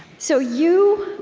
so you